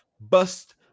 bust